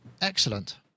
Excellent